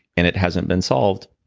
and it hasn't been solved,